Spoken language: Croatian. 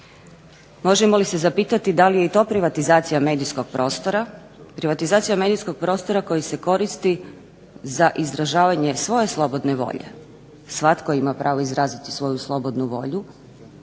Možemo li se zapitati da li je i to privatizacija medijskog prostora? Privatizacija medijskog prostora koji se koristi za izražavanje svoje slobodne volje. Svatko ima pravo izraziti svoju slobodnu volju,